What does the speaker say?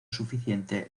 suficiente